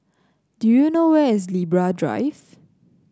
do you know where is Libra Drive